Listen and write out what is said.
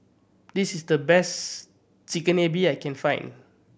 this is the best Chigenabe I can find